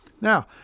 Now